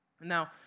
Now